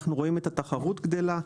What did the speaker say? אנחנו רואים את התחרות גדלה.